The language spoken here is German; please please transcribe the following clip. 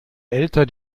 älter